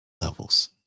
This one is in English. levels